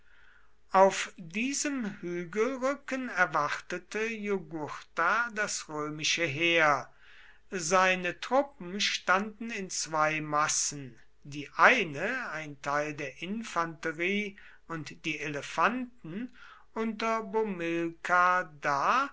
auf diesem hügelrücken erwartete jugurtha das römische heer seine truppen standen in zwei massen die eine ein teil der infanterie und die elefanten unter bomilkar da